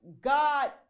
God